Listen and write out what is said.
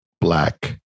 black